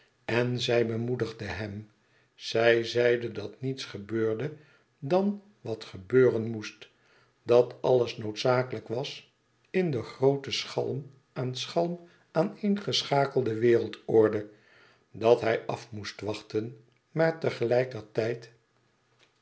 en zij bemoedigde hem zij zeide dat niets gebeurde dan wat gebeuren moest dat alles noodzakelijk was in de groote schalm aan schalm aaneengeschakelde wereldorde dat hij af moest wachten maar tegelijkertijd